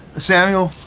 samuel?